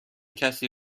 کسی